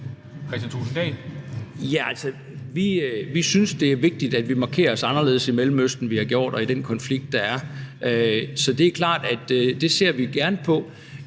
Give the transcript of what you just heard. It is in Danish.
Kristian Thulesen Dahl (DF): Ja, altså, vi synes, det er vigtigt, at vi markerer os anderledes i Mellemøsten, end vi har gjort, og i den konflikt, der er. Så det er klart, at det ser vi gerne på.